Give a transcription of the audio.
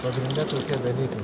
pagrinde tokie dalykai